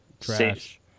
trash